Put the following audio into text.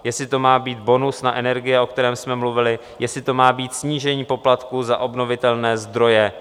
Jestli to má být bonus na energie, o kterém jsme mluvili, jestli to má být snížení poplatku za obnovitelné zdroje.